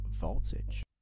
voltage